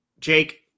Jake